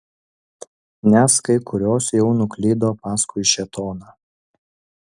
nes kai kurios jau nuklydo paskui šėtoną